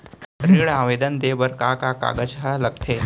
ऋण आवेदन दे बर का का कागजात ह लगथे?